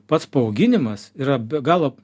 pats paauginimas yra be galo